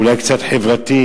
אולי קצת חברתי,